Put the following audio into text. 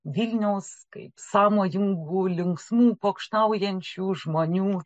vilniaus kaip sąmojingų linksmų pokštaujančių žmonių